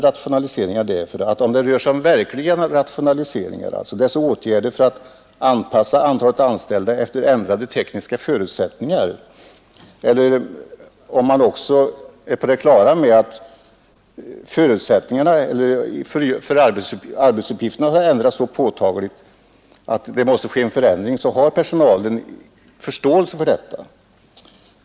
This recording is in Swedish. rationaliseringar”, därför att om det rör sig om verkliga rationaliseringar, dvs. åtgärder för att anpassa antalet anställda efter ändrade tekniska förutsättningar eller om man är på det klara med att arbetsuppgifterna har ändrats så påtagligt att det måste ske en förändring, har personalen förståelse för detta.